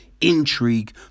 intrigue